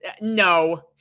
No